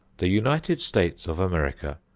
the united states of america,